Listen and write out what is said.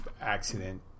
accident